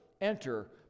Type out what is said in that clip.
enter